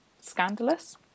scandalous